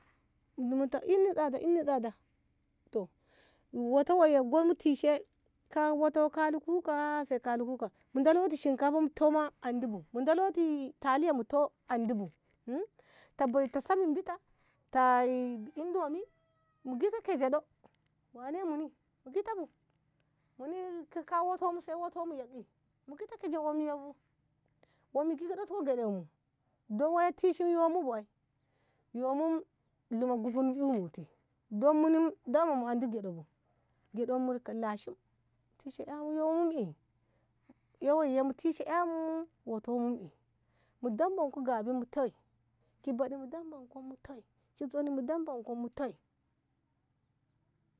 munta inni tsada inni tsada toh woto woi gonmu tishe kaba kalikuka kaba kalikuka mu doloti shinkafa mu toi ma andi bu mu daloti taliya mu toi ma andi bu ta sabanbita ta indomin mu gita keje ɗo wane muni mu gita bu muni kika wotonmu sai wotonmu yak'e mu gita keja wom mi giɗatko gyaɗonmu don woi ye tishi yomu bu ai yomo luma guhnu imuti don muni dama mu andi gyaɗo bu gyanmu lashim'i tishe ƙamu yomu i ei woi mu tisheƙa mu woto mu e mu dambanko gyabi mu toi ki bahdi mu dombanko mu toi ki zoni mu dombanko mu toi.